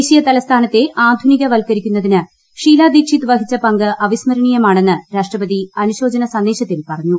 ദേശീയ തലസ്ഥാനത്തെ ആധുനിക വൽകരിക്കുന്നതിന് ഷീലാ ദീക്ഷിത് വഹിച്ച പങ്ക് അവിസ്മരണീയമാണെന്ന് രാഷട്രപതി അനുശോചന സന്ദേശത്തിൽ പറഞ്ഞു